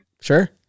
sure